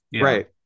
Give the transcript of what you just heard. right